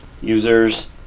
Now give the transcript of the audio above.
users